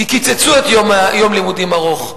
כי קיצצו את יום לימודים ארוך.